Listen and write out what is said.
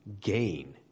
gain